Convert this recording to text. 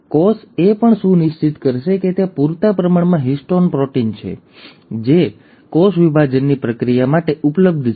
કોષ એ પણ સુનિશ્ચિત કરશે કે ત્યાં પૂરતા પ્રમાણમાં હિસ્ટોન પ્રોટીન છે જે કોષ વિભાજનની પ્રક્રિયા માટે ઉપલબ્ધ છે